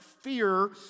fear